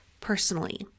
personally